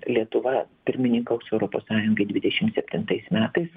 lietuva pirmininkaus europos sąjungai dvidešim septintais metais